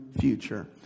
future